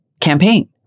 campaign